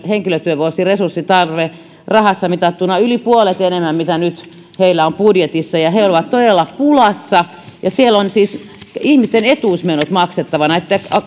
henkilötyövuosiresurssin tarve rahassa mitattuna yli puolet enemmän kuin mitä nyt heillä on budjetissa he ovat todella pulassa siellä ovat siis ihmisten etuusmenot maksettavana